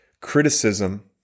criticism